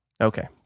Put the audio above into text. Okay